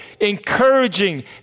encouraging